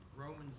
Romans